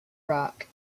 rock